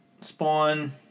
Spawn